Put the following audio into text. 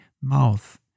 mouth